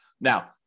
Now